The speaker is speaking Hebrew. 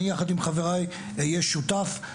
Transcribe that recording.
אני יחד עם חבריי אהיה שותף.